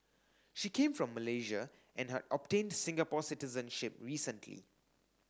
she came from Malaysia and had obtained Singapore citizenship recently